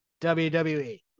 WWE